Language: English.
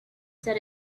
that